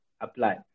apply